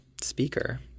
speaker